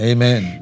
Amen